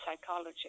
psychology